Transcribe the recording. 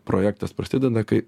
projektas prasideda kai